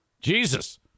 Jesus